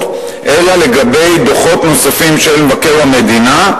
אלא לגבי דוחות נוספים של מבקר המדינה,